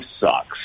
sucks